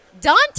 Dante